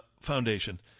Foundation